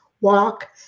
walk